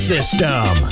System